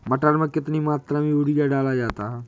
मटर में कितनी मात्रा में यूरिया डाला जाता है?